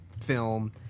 film